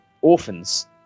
orphans